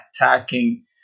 attacking